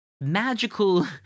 magical